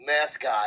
mascot